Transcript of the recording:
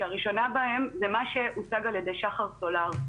שהראשונה בהן זה מה שהוצג על ידי שחר סולר.